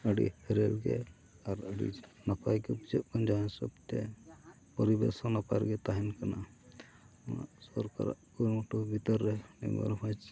ᱟᱹᱰᱤ ᱦᱟᱹᱨᱭᱟᱹᱲ ᱜᱮ ᱟᱨ ᱟᱹᱰᱤ ᱱᱟᱯᱟᱭ ᱜᱮ ᱵᱩᱡᱷᱟᱹᱜ ᱠᱟᱱ ᱡᱟᱦᱟᱸ ᱦᱤᱥᱟᱹᱵ ᱛᱮ ᱯᱚᱨᱤᱵᱮᱥ ᱦᱚᱸ ᱱᱟᱯᱟᱭ ᱜᱮ ᱛᱟᱦᱮᱱ ᱠᱟᱱᱟ ᱥᱚᱨᱠᱟᱨᱟᱜ ᱠᱩᱨᱩᱢᱩᱴᱩ ᱵᱷᱤᱛᱟᱹᱨ ᱨᱮ ᱢᱩᱭᱩᱨᱵᱷᱡᱽ